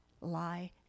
lie